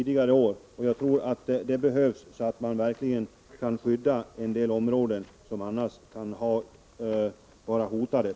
Det tror jag verkligen behövs för att kunna skydda en del hotade områden.